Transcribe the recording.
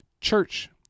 Church